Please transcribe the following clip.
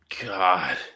god